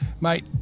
mate